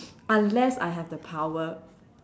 unless I have the power